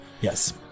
Yes